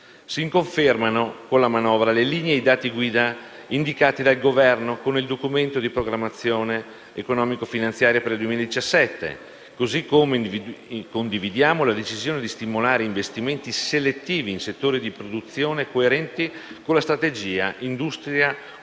Si confermano con la manovra le linee e i dati guida indicati dal Governo nel Documento di economia e finanza per il 2017. Parimenti, condividiamo la decisione di stimolare investimenti selettivi in settori di produzione coerenti con la strategia Industria